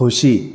खोशी